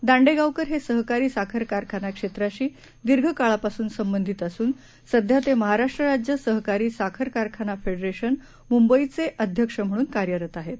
दांडेगावकरहेसहकारीसाखरकारखानाक्षेत्राशीदीर्घकाळापासूनसंबाधितअसूनसध्यातेमहाराष्ट्राज्यसहकारीसाखरकारखानाफेडेरेशन मुंबईचेअध्यक्षम्हणूनकार्यरतआहेत